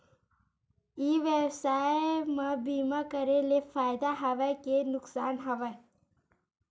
ई व्यवसाय म बीमा करे ले फ़ायदा हवय के नुकसान हवय?